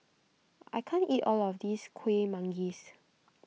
I can't eat all of this Kuih Manggis